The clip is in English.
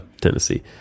Tennessee